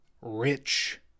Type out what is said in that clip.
rich